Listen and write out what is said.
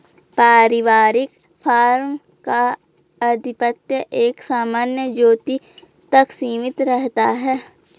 पारिवारिक फार्म का आधिपत्य एक सामान्य ज्योति तक सीमित रहता है